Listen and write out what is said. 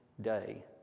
day